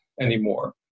anymore